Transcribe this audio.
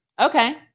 Okay